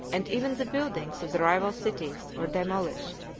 and even the buildings, of the rival cities, were demolished,